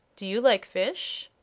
do you like fish?